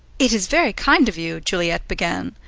it is very kind of you, juliet began.